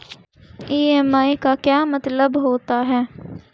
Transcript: EMI का क्या मतलब होता है?